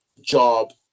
job